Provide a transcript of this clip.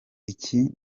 iki